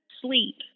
sleep